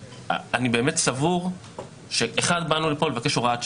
אני באמת סבור שאחד באנו לפה לבקש הוראת שעה,